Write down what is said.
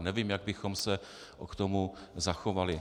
Nevím, jak bychom se k tomu zachovali.